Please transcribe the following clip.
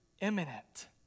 imminent